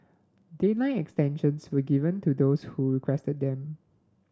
deadline extensions were given to those who requested them